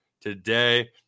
today